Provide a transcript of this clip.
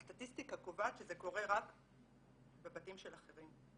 הסטטיסטיקה קובעת שזה קורה רק בבתים של אחרים.